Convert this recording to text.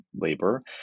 labor